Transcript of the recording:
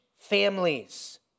families